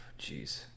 Jeez